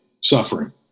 Suffering